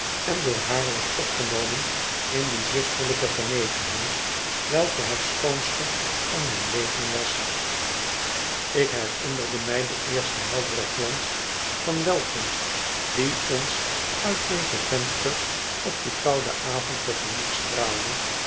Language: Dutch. en door haar werd opgenomen in die zusterlijke genegenheid welke het schoonste van mijn leven was ik herinnerde mij den eersten helderen glans van welkomst die ons uit deze vensters op dien kouden avond te gemoet straalde